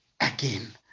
again